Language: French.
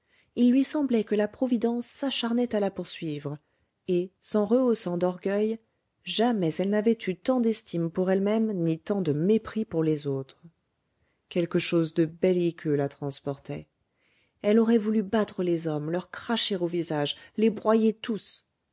il lui semblait que la providence s'acharnait à la poursuivre et s'en rehaussant d'orgueil jamais elle n'avait eu tant d'estime pour elle-même ni tant de mépris pour les autres quelque chose de belliqueux la transportait elle aurait voulu battre les hommes leur cracher au visage les broyer tous